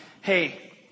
hey